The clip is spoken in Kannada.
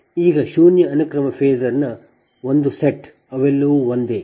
ಈಗ ಶೂನ್ಯ ಅನುಕ್ರಮ ಫೇಸರ್ನ ಒಂದು ಸೆಟ್ ಅವೆಲ್ಲವೂ ಒಂದೇ